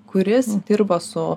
kuris dirba su